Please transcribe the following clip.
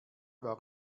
war